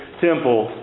temple